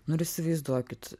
nu ir įsivaizduokit